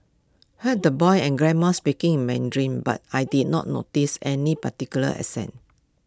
heard the boy and grandma speaking in Mandarin but I did not notice any particular accent